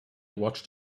watched